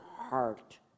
heart